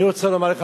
אני רוצה לומר לך,